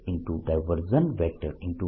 B B